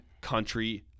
country